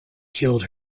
killed